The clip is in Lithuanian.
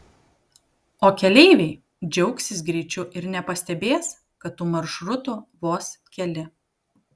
o keleiviai džiaugsis greičiu ir nepastebės kad tų maršrutų vos keli